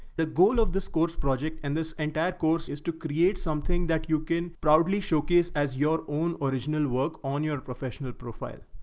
the goal of this course project. and this this entire course is to create something that you can proudly showcase as your own original work on your professional profile.